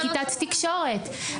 לכיתת תקשורת.